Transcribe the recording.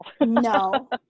no